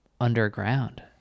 underground